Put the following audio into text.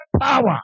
power